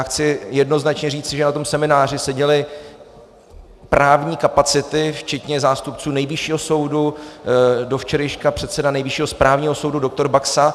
Chci jednoznačně říci, že na tom semináři seděly právní kapacity včetně zástupců Nejvyššího soudu, do včerejška předseda Nejvyššího správního soudu doktor Baxa.